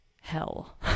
hell